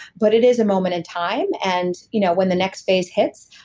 but it is a moment in time and you know when the next phase hits,